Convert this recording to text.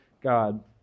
God